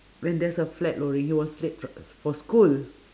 when there's a flag lowering he was late f~ for school